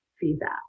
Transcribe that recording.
feedback